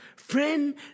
Friend